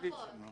נכון.